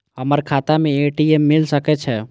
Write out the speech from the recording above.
हमर खाता में ए.टी.एम मिल सके छै?